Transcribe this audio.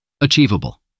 Achievable